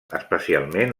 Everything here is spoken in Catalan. especialment